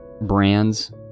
...brands